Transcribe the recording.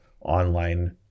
online